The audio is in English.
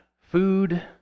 food